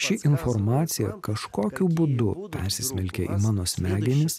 ši informacija kažkokiu būdu persismelkė į mano smegenis